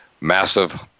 massive